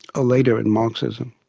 ah later in marxism,